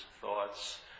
thoughts